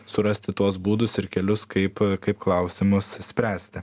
surasti tuos būdus ir kelius kaip kaip klausimus spręsti